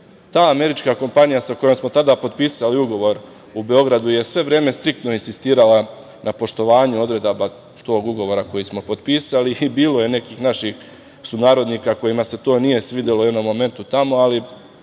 ta američka kompanija sa kojom smo tada potpisali ugovor u Beogradu je sve vreme striktno insistirala na poštovanju odredaba tog ugovora koji smo potpisali i bilo je nekih naših sunarodnika kojima se to nije svidelo u jednom momentu tamo, ali